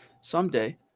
someday